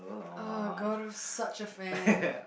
uh god I'm such a fan